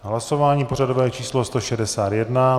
Hlasování pořadové číslo 161.